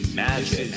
magic